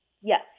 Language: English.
Yes